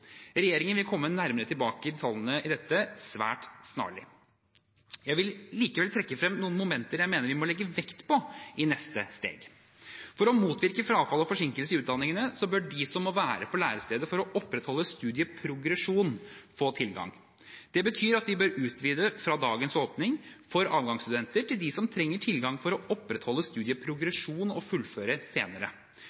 Regjeringen vil komme nærmere tilbake til detaljene i dette svært snarlig. Jeg vil likevel trekke frem noen momenter jeg mener vi må legge vekt på i neste steg. For å motvirke frafall og forsinkelser i utdanningene bør de som må være på lærestedet for å opprettholde studieprogresjon, få tilgang. Det betyr at vi bør utvide fra dagens åpning for avgangsstudenter til dem som trenger tilgang for å opprettholde